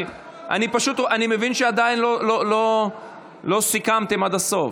אני מבין שעדיין לא סיכמתם עד הסוף.